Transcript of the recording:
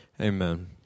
amen